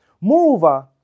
Moreover